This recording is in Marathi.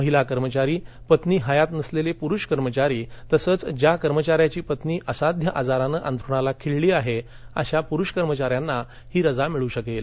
महिला कर्मचारी पत्नी हयात नसलेले पुरुष कर्मचारी तसेच ज्या कर्मचाऱ्याची पत्नी असाध्य आजाराने अंथरुणाला खिळली आहे अशा पुरुष कर्मचाऱ्यांना ही रजा मिळू शकेल